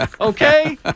Okay